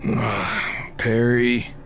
Perry